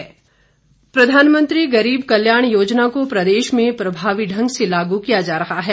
साक्षात्कार प्रधानमंत्री गरीब कल्याण योजना को प्रदेश में प्रभावी ढंग से लागू किया जा रहा है